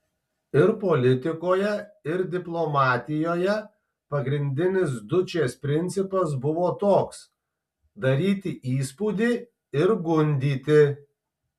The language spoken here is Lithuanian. ir politikoje ir diplomatijoje pagrindinis dučės principas buvo toks daryti įspūdį ir gundyti